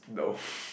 no